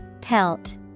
pelt